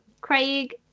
Craig